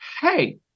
hey